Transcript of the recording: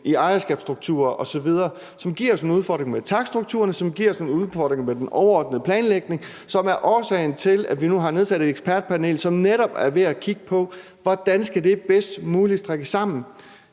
i ejerskabsstrukturer osv., som giver os en udfordring med takststrukturerne, og som giver os nogle udfordringer med den overordnede planlægning, som er årsagen til, at vi nu har nedsat et ekspertpanel, som netop er ved at kigge på, hvordan det bedst muligt skal strikkes sammen,